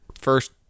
first